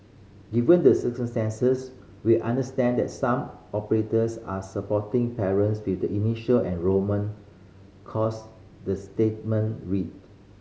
given the circumstances we understand that some operators are supporting parents with the initial enrolment cost the statement read